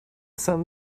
sun